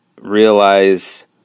realize